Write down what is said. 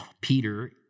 Peter